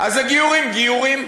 אז הגיורים, גיורים.